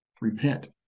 Repent